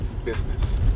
Business